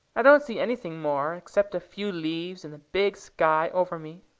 i don't see anything more, except a few leaves, and the big sky over me.